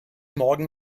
morgen